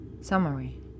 Summary